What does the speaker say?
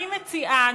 אני מציעה,